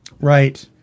Right